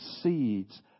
seeds